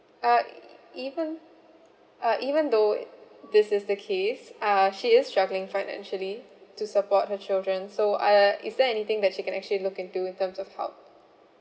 uh e~ even uh even though it this is the case uh she is struggling financially to support her children so I uh is there anything that she can actually look into in terms of help